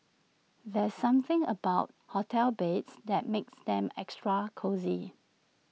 there's something about hotel beds that makes them extra cosy